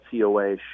coa